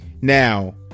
Now